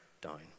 down